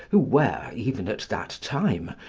who were, even at that time,